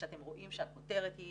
כשאתם רואים שהכותרת היא